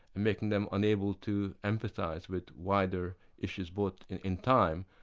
and making them unable to empathise with wider issues, both in in time,